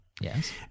Yes